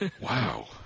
Wow